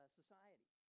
society